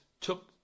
took